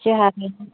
जोंहाबो